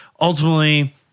Ultimately